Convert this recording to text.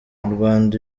rwanda